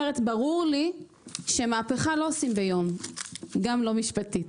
ברור לי שמהפכה לא עושים ביום, גם לא משפטית.